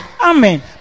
Amen